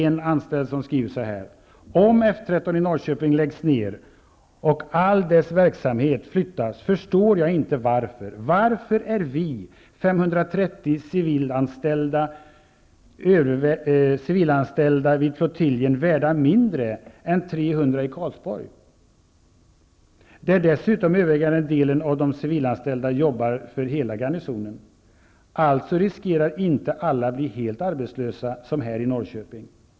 En anställd skriver så här: Om F 13 i Norrköping läggs ned och all dess verksamhet flyttas förstår jag inte varför. Varför är vi, 530 civilanställda vid flottiljen, värda mindre än 300 i Karlsborg, där dessutom den övervägande delen av de civilanställda jobbar för hela garnisonen. Alltså riskerar inte alla att bli helt arbetslösa som här i Norrköping.